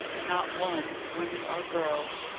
not one, women or girls,